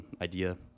idea